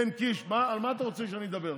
כן, קיש, על מה אתה רוצה שאני אדבר?